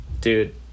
dude